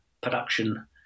production